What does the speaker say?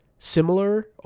similar